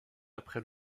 après